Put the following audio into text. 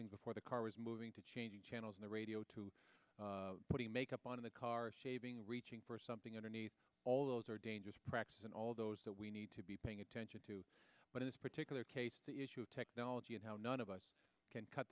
things before the car was moving to changing channels on the radio to putting makeup on in the car saving reaching for something underneath all those are dangerous practice and all those that we need to be paying attention to but in this particular case the issue of technology and how none of us can cut